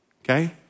okay